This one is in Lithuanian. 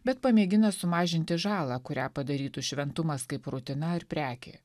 bet pamėgina sumažinti žalą kurią padarytų šventumas kaip rutina ar prekė